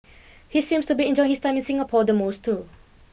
he seems to be enjoying his time in Singapore the most too